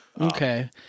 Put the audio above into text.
Okay